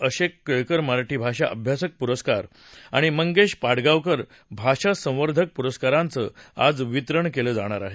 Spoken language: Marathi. अशोक केळकर मराठी भाषा अभ्यासक पुरस्कार आणि मंगेश पाडगांवकर भाषा संवर्धक पुरस्कारांचं आज वितरण केलं जाणार आहे